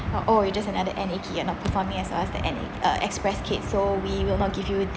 oh you're just another N_A kid you are not performing as us the N_A uh express kid so we will not give you